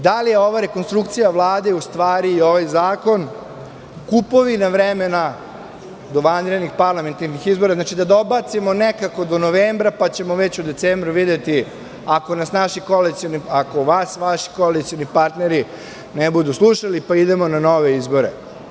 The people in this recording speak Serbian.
Da li ova rekonstrukcija Vlade je u stvari i ovaj zakon, kupovina vremena do vanrednih parlamentarnih izbora, znači, da dobacimo nekako do novembra pa ćemo u decembru videti ako nas naši koalicioni partneri, ako vas vaši koalicioni partneri ne budu slušali, pa onda idemo na nove izbore.